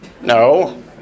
No